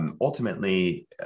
Ultimately